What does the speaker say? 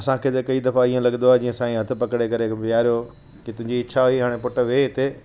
असांखे त कई दफा ईअं लॻदो आहे की साईं असांखे हथ पकिड़े करे वेहारियो की तुंहिंजी इच्छा हुई हाणे पुट वेहि हिते